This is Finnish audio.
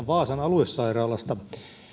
vaasan aluesairaalasta